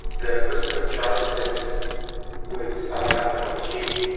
the person put in charge of this was ali hassan al-majid,